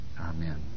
Amen